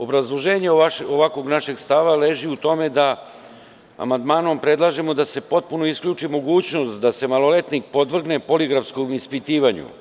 Obrazloženje ovakvog našeg stava leži u tome da amandmanom predlažemo da se potpuno isključi mogućnost da se maloletnik podvrgne poligrafskom ispitivanju.